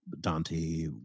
Dante